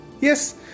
Yes